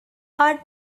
are